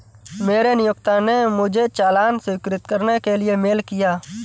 मेरे नियोक्ता ने मुझे चालान स्वीकृत करने के लिए मेल किया